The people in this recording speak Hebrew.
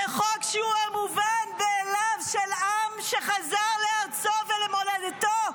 זה חוק שהוא המובן מאליו של עם שחזר לארצו ולמולדתו,